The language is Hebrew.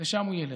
לשם הוא ילך.